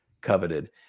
coveted